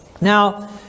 Now